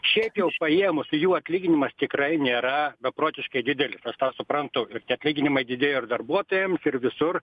šiaip jau paėmus jų atlyginimas tikrai nėra beprotiškai didelis aš suprantu tie atlyginimai didėjo ir darbuotojams ir visur